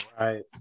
Right